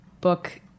book